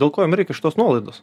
dėl ko jum reikia šitos nuolaidos